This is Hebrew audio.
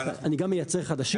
אני גם מייצר חדשים.